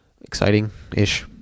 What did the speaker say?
exciting-ish